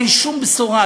אין שום בשורה,